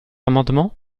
amendement